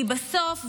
כי בסוף,